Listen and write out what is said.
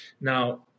Now